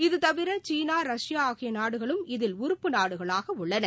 இதுதவிர China Russia ஆகிய நாடுகளும் இதில் உறுப்பு நாடுகளாக உள்ளன